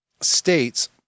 states